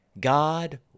God